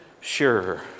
sure